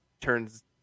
turns